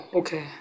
okay